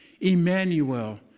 Emmanuel